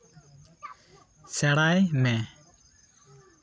ᱥᱮᱬᱟᱭ ᱢᱮ